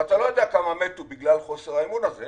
ואתה לא יודע כמה מתו בגלל חוסר האמון הזה.